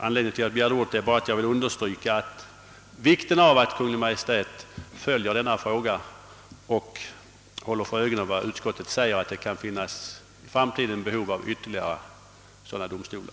Anledningen till att jag begärdet ordet var att jag ville understryka vikten av att Kungl. Maj:t följer denna fråga och har för ögonen vad utskottet säger om att det i framtiden kan finnas behov av ytterligare sådana domstolar.